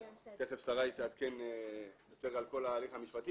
תיכף שרי תעדכן יותר על כל ההליך המשפטי